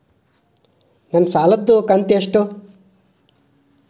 ನನ್ನ ಸಾಲದು ಕಂತ್ಯಷ್ಟು?